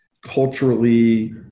culturally